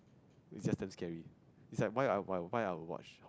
is just damn scary is like why I why why I would watch